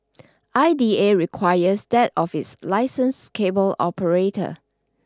I D A requires that office licensed cable operator